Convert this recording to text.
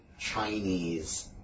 Chinese